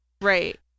Right